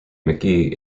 mcgee